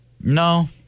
No